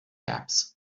apps